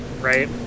right